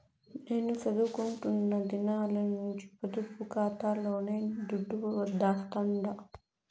నేను సదువుకుంటున్న దినాల నుంచి పొదుపు కాతాలోనే దుడ్డు దాస్తండా